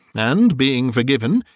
and, being forgiven,